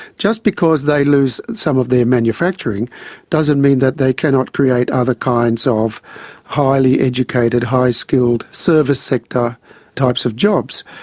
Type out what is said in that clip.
just because they lose some of their manufacturing doesn't mean that they cannot create other kinds of highly educated, high skilled service sector types of jobs.